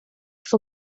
for